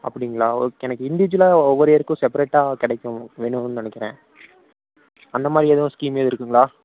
அப்படிங்ளா ஓகே எனக்கு இன்டிஜூவலாக ஒவ்வொரு இயருக்கு செப்பரேட்டாக கிடைக்கும் வேணும்ன்னு நினைக்குறேன் அந்தமாதிரி எதுவும் ஸ்கீம் எதுவும் இருக்குங்களா